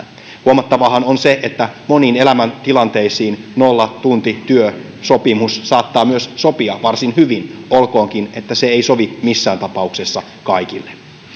huomattavaahan on se että moniin elämäntilanteisiin nollatuntityösopimus saattaa myös sopia varsin hyvin olkoonkin että se ei sovi missään tapauksessa kaikille